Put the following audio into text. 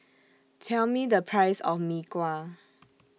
Tell Me The Price of Mee Kuah